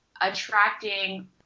attracting